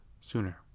sooner